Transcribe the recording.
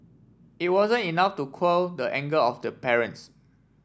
it wasn't enough to quell the anger of the parents